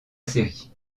série